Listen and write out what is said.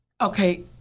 Okay